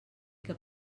que